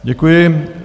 Děkuji.